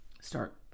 start